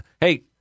Hey